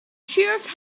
sheriff